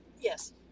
Yes